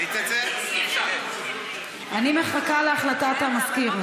אני מחכה להחלטת המזכיר.